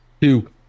two